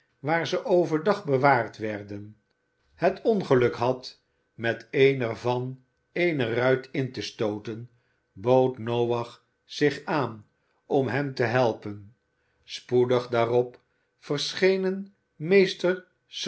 waar ze overdag bewaard werden het ongeluk had met een er van eene ruit in te stooten bood noach zich aan om hem te helpen spoedig daarop verschenen meester